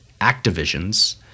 Activision's